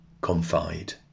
confide